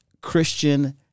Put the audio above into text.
Christian